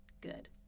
good